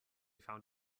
found